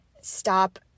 stop